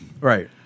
right